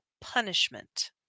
punishment